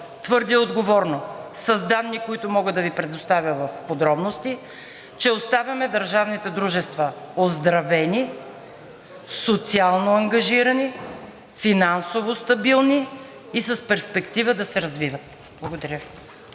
твърдя отговорно с данни, които мога да Ви предоставя в подробности, че оставяме държавните дружества оздравени, социално ангажирани, финансово стабилни и с перспектива да се развиват. Благодаря